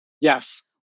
Yes